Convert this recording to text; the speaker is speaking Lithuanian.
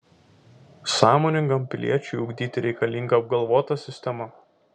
sąmoningam piliečiui ugdyti reikalinga apgalvota sistema